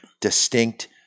distinct